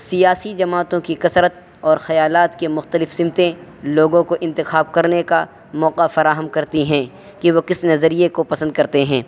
سیاسی جماعتوں کی کثرت اور خیالات کے مختلف سمتیں لوگوں کو انتخاب کرنے کا موقع فراہم کرتی ہیں کہ وہ کس نظریے کو پسند کرتے ہیں